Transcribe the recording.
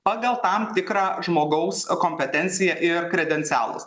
pagal tam tikrą žmogaus kompetenciją ir kredencialus